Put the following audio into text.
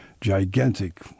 gigantic